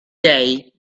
day